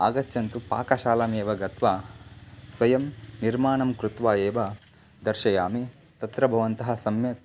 आगच्छन्तु पाकशालामेव गत्वा स्वयं निर्माणं कृत्वा एव दर्शयामि तत्र भवन्तः सम्यक्